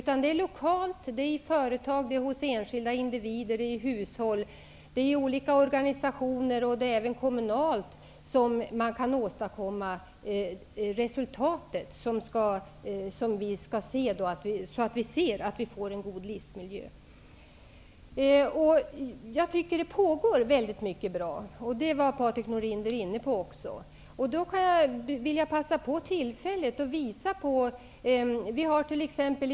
Men det är lokalt -- i företag, bland enskilda individer, i hushåll, i olika organisationer och även kommunalt -- som man kan åstadkomma resultat så att vi kan få en god livsmiljö. Jag tycker att det pågår mycket bra arbete, och det var också Patrik Norinder inne på. Jag vill passa på tillfället att visa på ett par exempel.